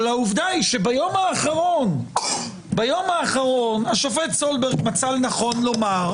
אבל העובדה היא שביום האחרון השופט סולברג מצא לנכון לומר,